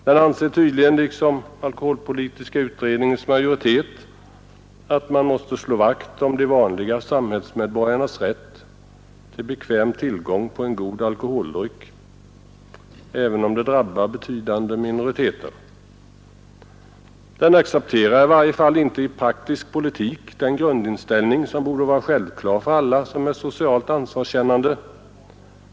Den anser tydligen liksom alkoholpolitiska utredningens majoritet att man måste slå vakt om de vanliga samhällsmedborgarnas rätt till bekväm tillgång till en god alkoholdryck, även om det drabbar betydande minoriteter. Regeringen accepterar i varje fall inte i praktisk politik den grundinställning som borde vara självklar för alla som är socialt ansvarskännande.